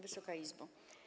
Wysoka Izbo!